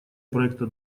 проекта